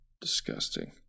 Disgusting